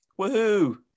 Woohoo